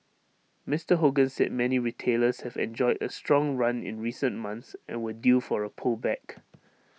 Mister Hogan said many retailers have enjoyed A strong run in recent months and were due for A pullback